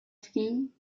film